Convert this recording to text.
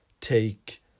take